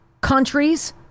countries